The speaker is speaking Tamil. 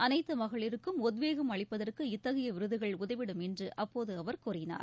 அனைத்து மகளிருக்கும் உத்வேகம் அளிப்பதற்கு இத்தகைய விருதுகள் உதவிடும் என்று அப்போது அவர் கூறினார்